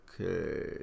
Okay